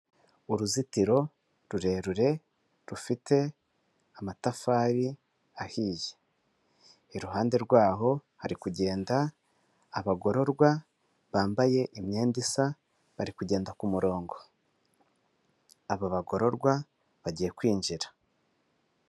Uruzitiro rurerure rufite amatafari ahiye, iruhande rwaho hari kugenda abagororwa bambaye imyenda isa bari kugenda kumurongo aba bagororwa bagiye kwinjira.